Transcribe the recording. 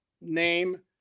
name